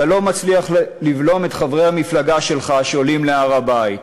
אתה לא מצליח לבלום את חברי המפלגה שלך שעולים להר-הבית.